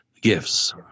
gifts